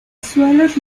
suelos